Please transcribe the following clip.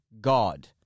God